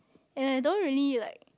and I don't really like